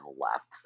left